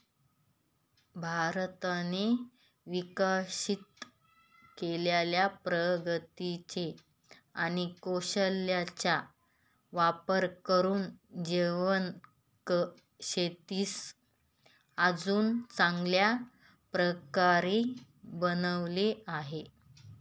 भारताने विकसित केलेल्या प्रगतीचा आणि कौशल्याचा वापर करून जैविक शेतीस अजून चांगल्या प्रकारे बनवले आहे